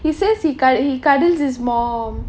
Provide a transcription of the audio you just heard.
he says he cudd~ he cuddles his mom